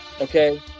okay